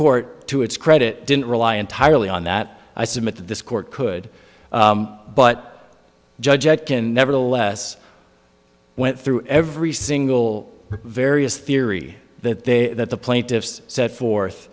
court to its credit didn't rely entirely on that i submit that this court could but judge can nevertheless went through every single various theory that they that the plaintiffs set forth